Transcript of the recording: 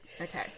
Okay